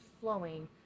flowing